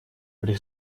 при